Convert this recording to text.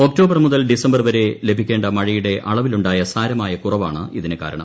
October മൂതൽ December വരെ ലഭിക്കേണ്ട മഴയുടെ അളവിലുണ്ടായു സ്റ്റ്ര്മായ കുറവാണ് ഇതിനു കാരണം